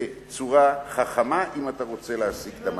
בצורה חכמה אם אתה רוצה להשיג את המטרה.